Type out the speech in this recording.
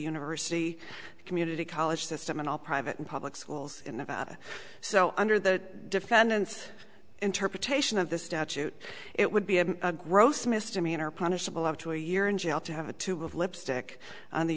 university community college system and all private and public schools so under the defendant's interpretation of this statute it would be a gross misdemeanor punishable up to a year in jail to have a tube of lipstick on the